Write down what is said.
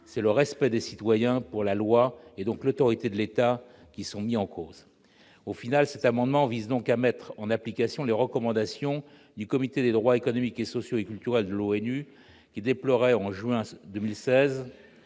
c'est le respect des citoyens pour la loi, et donc l'autorité de l'État, qui sont mis en cause ». Au final, cet amendement vise à mettre en application les recommandations du Comité des droits économiques, sociaux et culturels de l'ONU, qui déplorait en juin 2016